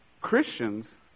Christians